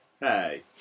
Hey